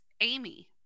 amy